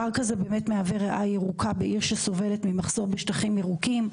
הפארק הזה באמת מהווה ריאה ירוקה בעיר שסובלת ממחסור בשטחים ירוקים,